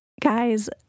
guys